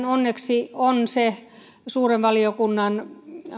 onneksi on suuren valiokunnan